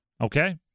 Okay